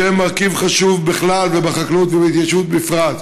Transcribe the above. שהן מרכיב חשוב בכלל, ובחקלאות ובהתיישבות בפרט.